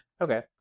Okay